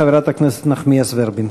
חברת הכנסת נחמיאס ורבין.